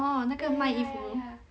orh 那个卖衣服